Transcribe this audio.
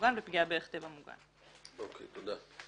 מוגן ופגיעה בערך טבע מוגן"." תודה.